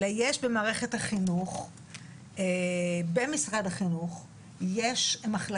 אלא יש במערכת החינוך במשרד החינוך יש מחלה